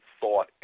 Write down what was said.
thought